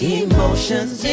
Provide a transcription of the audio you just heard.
emotions